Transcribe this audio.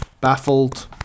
Baffled